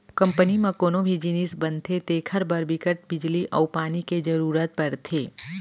company म कोनो भी जिनिस बनथे तेखर बर बिकट बिजली अउ पानी के जरूरत परथे